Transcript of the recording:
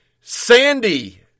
Sandy